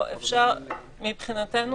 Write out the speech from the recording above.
מבחינתנו